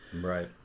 Right